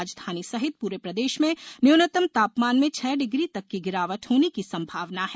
राजधानी सहित पूरे प्रदेश में न्यूनतम तापमान में छह डिग्री तक की गिरावट होने की संभावना है